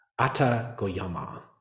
Atagoyama